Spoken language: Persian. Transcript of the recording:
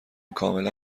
کاملا